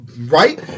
Right